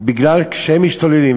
בגלל שהם משתוללים,